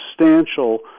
substantial